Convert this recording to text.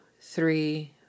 three